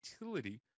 utility